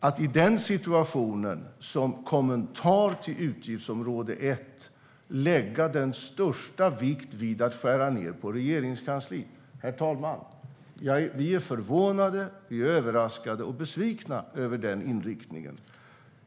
Att i den situationen som kommentar till utgiftsområde 1 lägga den största vikt vid att skära ned på Regeringskansliet gör att vi, herr talman, är förvånade, överraskade och besvikna över den inriktningen.